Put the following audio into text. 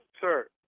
Sir